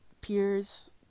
peers